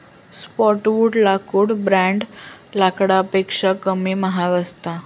softwood लाकूड ब्रेड लाकडापेक्षा कमी महाग असता